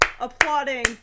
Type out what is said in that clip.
applauding